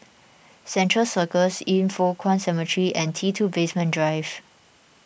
Central Circus Yin Foh Kuan Cemetery and T two Basement Drive